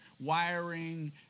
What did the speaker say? wiring